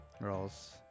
Rolls